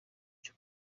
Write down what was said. cyo